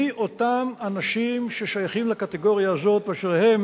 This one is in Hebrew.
מי אותם אנשים ששייכים לקטגוריה הזאת ואשר הם